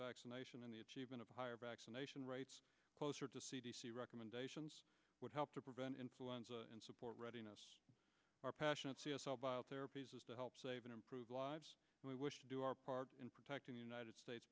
vaccination and the achievement of higher vaccination rates closer to c d c recommendations would help to prevent influenza and support readiness are passionate c s l biled therapy to help save and improve lives we wish to do our part in protecting the united states